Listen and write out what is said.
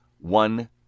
One